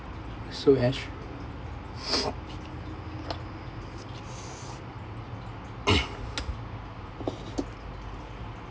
so ash